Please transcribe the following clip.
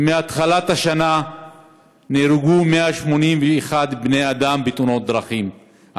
מתחילת השנה נהרגו 181 בני אדם בתאונות דרכים,